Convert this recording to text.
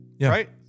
right